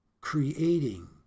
creating